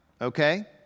okay